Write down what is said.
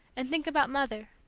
and think about mother.